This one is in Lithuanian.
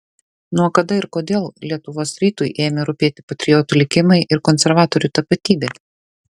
nuo kada ir kodėl lietuvos rytui ėmė rūpėti patriotų likimai ir konservatorių tapatybė